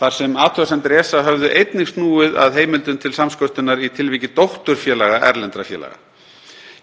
þar sem athugasemdir ESA höfðu einnig snúið að heimildum til samsköttunar í tilviki dótturfélaga erlendra félaga.